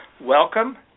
Welcome